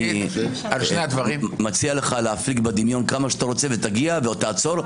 אני מציע לך להפליג בדמיון כמה שאתה רוצה ותגיע ועוד תעצור,